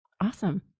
Awesome